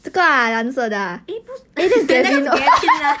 eh 不那个是 gavin lah